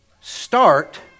Start